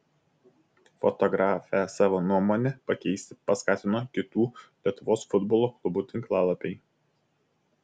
fotografę savo nuomonę pakeisti paskatino kitų lietuvos futbolo klubų tinklalapiai